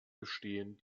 bestehen